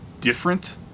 different